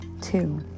Two